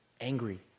angry